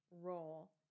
role